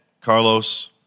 Carlos